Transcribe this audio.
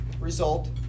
Result